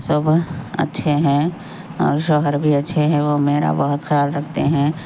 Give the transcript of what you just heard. سب اچھے ہیں اور شوہر بھی اچھے ہیں وہ میرا بہت خیال رکھتے ہیں